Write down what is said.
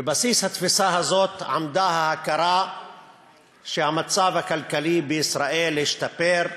בבסיס התפיסה הזאת עמדה ההכרה שהמצב הכלכלי בישראל השתפר,